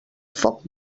foc